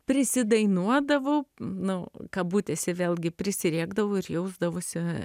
prisidainuodavau nu kabutėse vėlgi prisirėkdavau ir jausdavausi